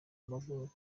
bavugaga